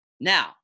Now